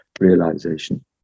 realization